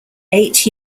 eight